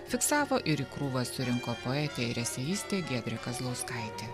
fiksavo ir į krūvą surinko poetė ir eseistė giedrė kazlauskaitė